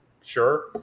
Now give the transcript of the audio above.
sure